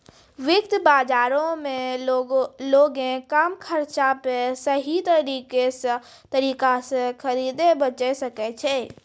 वित्त बजारो मे लोगें कम खर्चा पे सही तरिका से खरीदे बेचै सकै छै